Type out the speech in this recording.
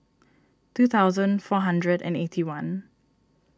two thousand four hundred and eighty one